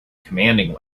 commanding